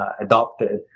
adopted